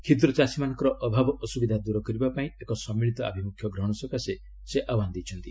କ୍ଷୁଦ୍ର ଚାଷୀମାନଙ୍କର ଅଭାବ ଅସୁବିଧା ଦୂର କରିବା ପାଇଁ ଏକ ସମ୍ମିଳୀତ ଆଭିମୁଖ୍ୟ ଗ୍ରହଣ ସକାଶେ ସେ ଆହ୍ୱାନ ଦେଇଛନ୍ତି